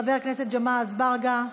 חבר הכנסת ג'מעה אזברגה,